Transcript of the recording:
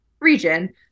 region